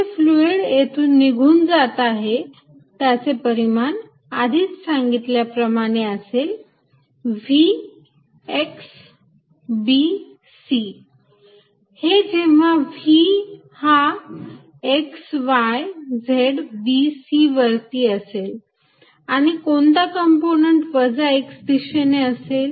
जे फ्लुईड येथून निघून जात आहे त्याचे परिमाण आधीच सांगितल्याप्रमाणे असेल Vx b c हे जेव्हा v हा x y z b c वरती असेल आणि कोणता कंपोनंट वजा x दिशेने असेल